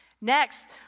Next